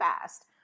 fast